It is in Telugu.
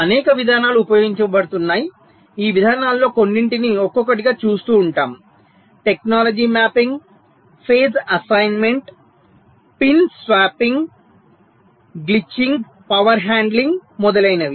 అనేక విధానాలు ఉపయోగించబడుతున్నాయి ఈ విధానాలలో కొన్నింటిని ఒక్కొక్కటిగా చూస్తూ ఉంటాము technology mapping phase assignment pin swapping glitching power handling మొదలైనవి